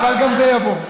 אבל גם זה יבוא.